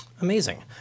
Amazing